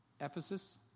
Ephesus